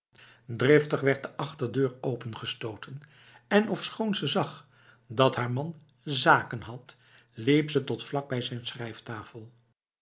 driftig werd de achterdeur opengestoten en ofschoon ze zag dat haar man zaken had liep ze tot vlakbij zijn